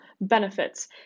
benefits